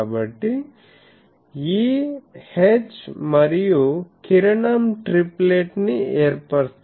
కాబట్టి E H మరియు కిరణం ట్రిప్లెట్ ని ఏర్పరుస్తాయి